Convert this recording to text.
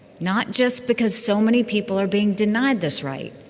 not just because so many people are being denied this right,